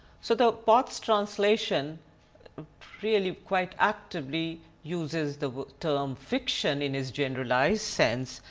so the potts translation really quite actively uses the term fiction in its generalized sense,